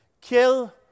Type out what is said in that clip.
kill